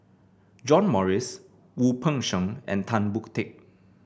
John Morrice Wu Peng Seng and Tan Boon Teik